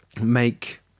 make